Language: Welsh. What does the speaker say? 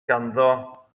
ganddo